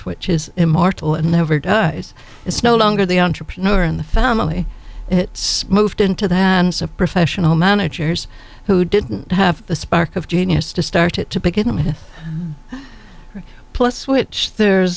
which is immortal and never does it's no longer the entrepreneur in the family it's moved into than suppression all managers who didn't have the spark of genius to start it to begin with plus which there's